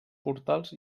portals